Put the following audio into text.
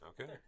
Okay